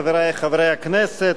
חברי חברי הכנסת,